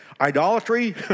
idolatry